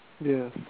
yes